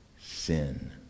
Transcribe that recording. sin